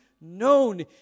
known